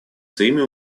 своими